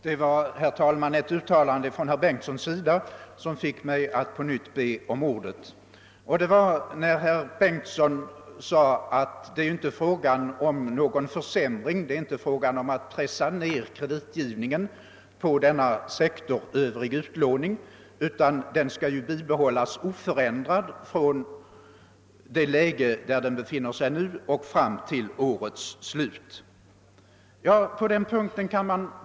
Herr talman! Det var ett uttalande av herr Bengtsson i Landskrona som fick mig att på nytt begära ordet. Herr Bengtsson sade nämligen att det inte var fråga om någon försämring — avsikten är inte att pressa ned kreditgivningen på sektorn »Övrig utlåning«, utan den skall bibehållas oförändrad fram till årets slut, påpekade herr Bengtsson.